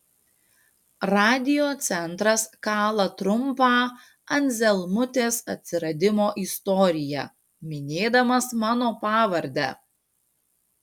radiocentras kala trumpą anzelmutės atsiradimo istoriją minėdamas mano pavardę